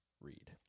read